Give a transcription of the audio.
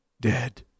dead